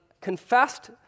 confessed